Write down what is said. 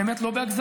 באמת לא בהגזמה,